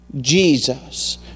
Jesus